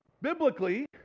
Biblically